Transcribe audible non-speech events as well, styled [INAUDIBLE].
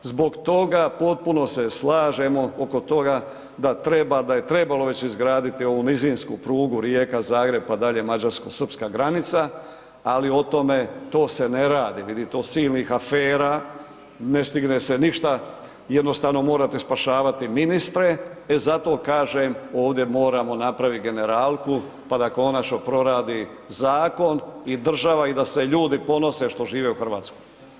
Zbog toga potpuno se slažemo oko toga da treba, da je trebalo već izgraditi ovu nizinsku prugu Rijeka-Zagreb pa dalje mađarsko-srpska granica ali o tome, to se ne radi, ... [UNINTELLIGIBLE] silnih afera, ne stigne se ništa, jednostavno morate spašavati ministre e zato kažem ovdje moramo napraviti generalku pa da konačno proradi zakon i država i da se ljudi ponose što žive u Hrvatskoj.